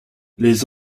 les